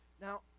Now